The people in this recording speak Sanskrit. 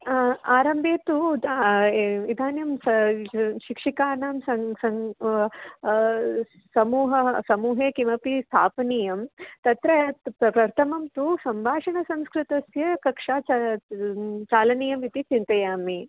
आम् आरम्भे तु इदानीं स शिक्षिकाणां सं सं समूहः समूहे किमपि स्थापनीयं तत्र प प्रथमं तु सम्भाषणसंस्कृतस्य कक्षा च चालनीयमिति चिन्तयामि